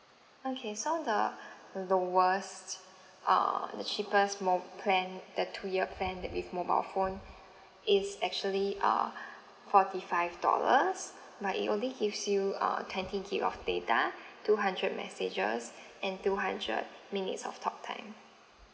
okay so the uh the worst uh the cheapest mo~ plan the two year plan that with mobile phone it's actually uh forty five dollars but it only gives you uh twenty gig of data two hundred messages and two hundred minutes of talk time